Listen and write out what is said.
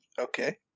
Okay